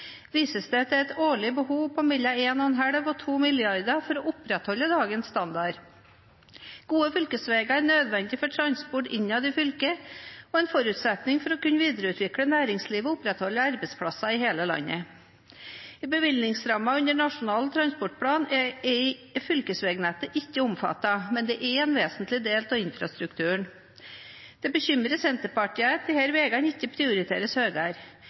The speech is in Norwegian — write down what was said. vises det til et årlig behov på mellom 1,5 mrd. kr og 2 mrd. kr for å opprettholde dagens standard. Gode fylkesveier er nødvendig for transport innad i fylket og en forutsetning for å kunne videreutvikle næringslivet og opprettholde arbeidsplasser i hele landet. I bevilgningsrammene under Nasjonal transportplan er fylkesveinettet ikke omfattet, men det er en vesentlig del av infrastrukturen. Det bekymrer Senterpartiet at disse veiene ikke prioriteres